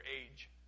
age